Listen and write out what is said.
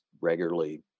regularly